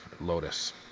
Lotus